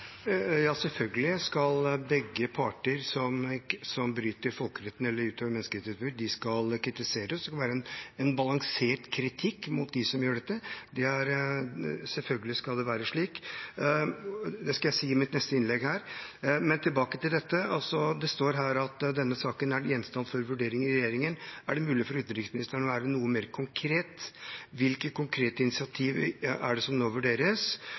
Ja, selvfølgelig skal begge parter som bryter folkeretten eller utøver menneskerettighetsbrudd, kritiseres. Det skal være en balansert kritikk mot dem som gjør dette. Selvfølgelig skal det være slik. Det skal jeg også si i mitt neste innlegg. Men tilbake til dette: Det står her at denne saken er gjenstand for vurderinger i regjeringen. Er det mulig for utenriksministeren å være noe mer konkret? Hvilke konkrete initiativer er det som nå vurderes?